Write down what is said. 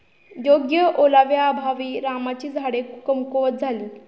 योग्य ओलाव्याअभावी रामाची झाडे कमकुवत झाली